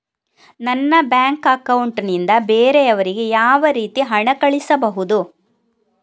ನನ್ನ bank account ನಿಂದ ಬೇರೆಯವರಿಗೆ ಯಾವ ರೀತಿ ಹಣ ಕಳಿಸಬಹುದು?